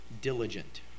Diligent